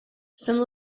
some